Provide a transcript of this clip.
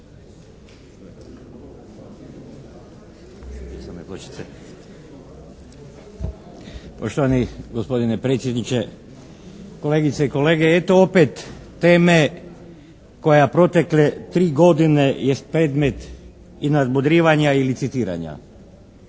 Poštovani gospodine predsjedniče, kolegice i kolege. Eto opet teme koja protekle tri godine jest predmet i nadmudrivanja ili citiranja